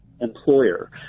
employer